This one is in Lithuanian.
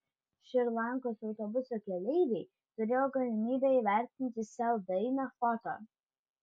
šri lankos autobuso keleiviai turėjo galimybę įvertinti sel dainą foto